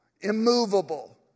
Immovable